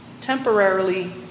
temporarily